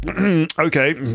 Okay